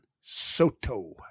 Soto